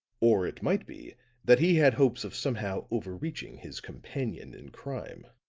or it might be that he had hopes of somehow over-reaching his companion in crime.